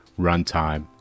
runtime